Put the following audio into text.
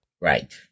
Right